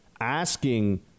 asking